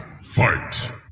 fight